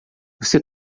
você